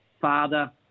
father